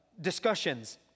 discussions